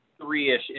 three-ish